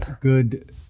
Good